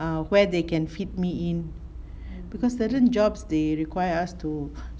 um where they can fit me in because certain jobs they require us to